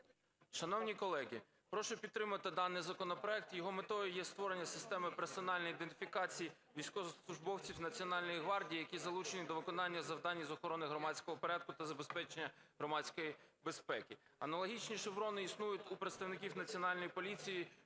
Шановні колеги, прошу підтримати даний законопроект, його метою є створення системи персональної ідентифікації військовослужбовців Національної гвардії, які залучені до виконання завдань з охорони громадського порядку та забезпечення громадської безпеки. Аналогічні шеврони існують у представників Національної поліції,